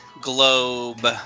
globe